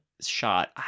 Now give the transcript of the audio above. shot